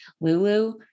Lulu